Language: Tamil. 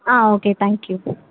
ah okay thank you